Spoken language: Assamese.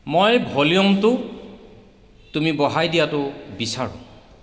মই ভলিউমটো তুমি বঢ়াই দিয়াটো বিচাৰোঁ